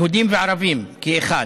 יהודים וערבים כאחד,